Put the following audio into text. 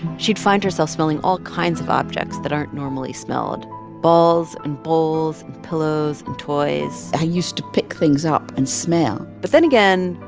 she'd find herself smelling all kinds of objects that aren't normally smelled balls and bowls, and pillows and toys i used to pick things up and smell but then again,